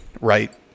right